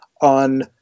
on